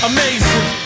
Amazing